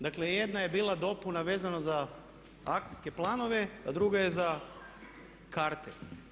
Dakle, jedna je bila dopuna vezano za akcijske planove, a druga je za karte.